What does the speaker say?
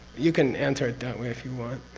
you can answer it that way if you want.